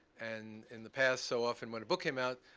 and in the past so often, when a book came out,